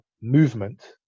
movement